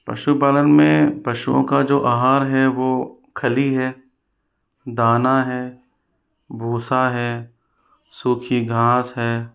पशु पालन में पशुओं का जो आहार है वो खली है दाना है भूसा है सूखी घाँस है